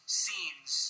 scenes